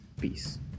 Peace